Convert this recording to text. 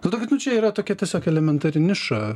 todėl kad nu čia yra tokia tiesiog elementari niša